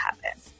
happen